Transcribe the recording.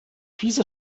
pisa